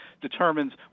determines